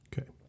Okay